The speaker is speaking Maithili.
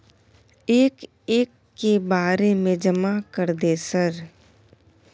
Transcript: एक एक के बारे जमा कर दे सर?